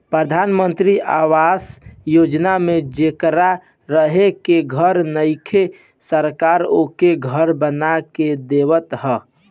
प्रधान मंत्री आवास योजना में जेकरा रहे के घर नइखे सरकार ओके घर बना के देवत ह